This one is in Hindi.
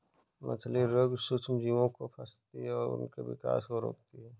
मछली रोग सूक्ष्मजीवों को फंसाती है और उनके विकास को रोकती है